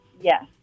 Yes